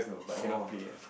oh